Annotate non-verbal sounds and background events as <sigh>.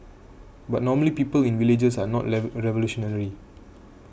but normally people in villages are not <unintelligible> revolutionary